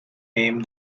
name